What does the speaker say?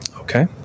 Okay